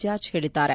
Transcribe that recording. George ಹೇಳಿದ್ದಾರೆ